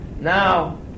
now